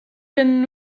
bin